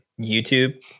youtube